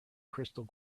crystal